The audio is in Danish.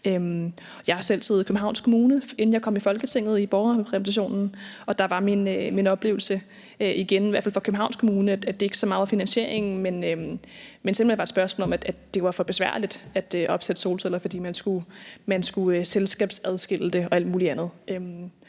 borgerrepræsentationen i Københavns Kommune, inden jeg kom i Folketinget, og der var min oplevelse igen, i hvert fald for Københavns Kommune, at det ikke så meget var finansieringen, men simpelt hen et spørgsmål om, at det var for besværligt at opsætte solceller, fordi man skulle selskabsadskille det og alt muligt andet.